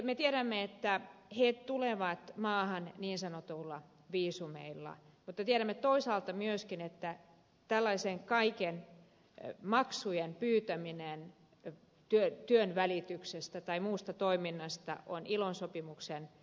me tiedämme että he tulevat maahan niin sanotuilla viisumeilla mutta tiedämme toisaalta myöskin että tällaisten kaikkien maksujen pyytäminen työnvälityksestä tai muusta toiminnasta on ilon sopimuksen kieltämää